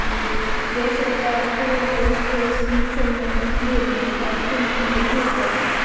देशाच्या अर्थव्यवस्थेशी संबंधित निर्णय अर्थमंत्री घेतात